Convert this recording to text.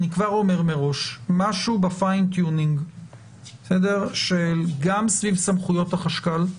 אני כבר אומר מראש שמשהו בפיין טיונינג גם סביב סמכויות החשב הכללי,